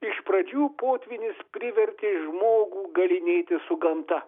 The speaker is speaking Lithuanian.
iš pradžių potvynis privertė žmogų galynėtis su gamta